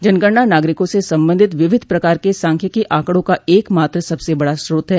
जनगणना नागरिकों से संबंधित विविध प्रकार के सांख्यिकी आंकड़ों का एक मात्र सबसे बड़ा स्रोत्र है